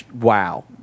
wow